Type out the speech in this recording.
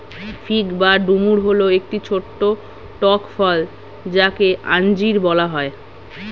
fig বা ডুমুর হল একটি ছোট্ট টক ফল যাকে আঞ্জির বলা হয়